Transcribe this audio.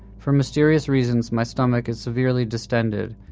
for mysterious reasons my stomach is severely distended,